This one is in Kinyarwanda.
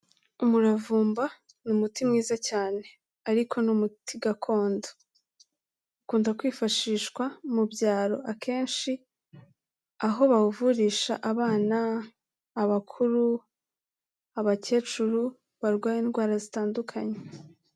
Umuravumba ni umuti mwiza cyane, ariko ni umuti gakondo. Ukunda kwifashishwa mu byaro akenshi aho bawuvurisha abana, abakuru, abakecuru barwaye indwara zitandukanye.